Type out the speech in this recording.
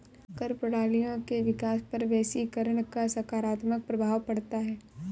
कर प्रणालियों के विकास पर वैश्वीकरण का सकारात्मक प्रभाव पढ़ता है